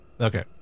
Okay